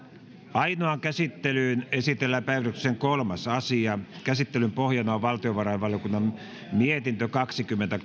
ainoaan käsittelyyn esitellään päiväjärjestyksen kolmas asia käsittelyn pohjana on valtiovarainvaliokunnan mietintö kaksikymmentä